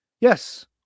Yes